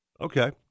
Okay